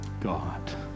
god